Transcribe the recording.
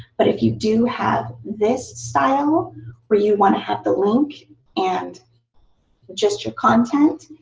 but if you do have this style where you want to have the link and just your content,